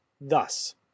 thus